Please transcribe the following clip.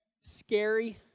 scary